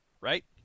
right